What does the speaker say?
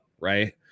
right